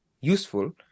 useful